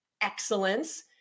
excellence